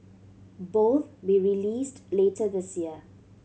both be released later this year